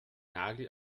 nagel